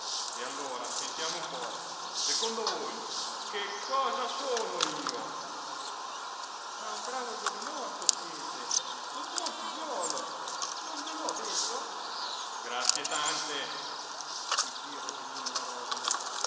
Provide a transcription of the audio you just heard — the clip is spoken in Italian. e allora sentiamo un po secondo voi che cosa sono io ma un bravo giovinotto siete un buon figliuolo non ve l'ho detto grazie tante squittí rosolino la rosa